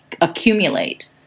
accumulate